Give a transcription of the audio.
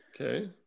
Okay